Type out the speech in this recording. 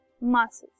masses